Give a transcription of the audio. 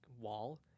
wall